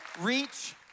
Reach